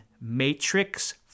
Matrix